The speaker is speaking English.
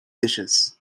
dishes